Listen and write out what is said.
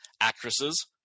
actresses